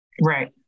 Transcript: Right